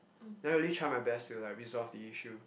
then I really try my best to like resolve the issue